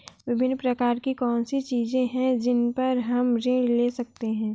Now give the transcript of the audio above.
विभिन्न प्रकार की कौन सी चीजें हैं जिन पर हम ऋण ले सकते हैं?